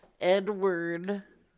Edward